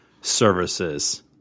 services